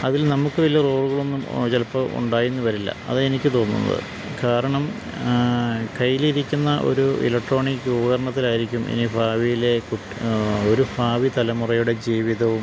അതിൽ നമുക്കു വലിയ റോളുകളൊന്നും ചിലപ്പോള് ഉണ്ടായി എന്നു വരില്ല അതാണ് എനിക്കു തോന്നുന്നത് കാരണം കയ്യിലിരിക്കുന്ന ഒരു ഇലക്ട്രോണിക് ഉപകരണത്തിലായിരിക്കും ഇനി ഭാവിയിലെ ഒരു ഭാവി തലമുറയുടെ ജീവിതവും